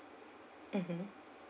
mmhmm